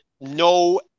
no